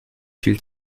viel